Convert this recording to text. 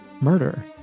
murder